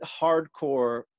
hardcore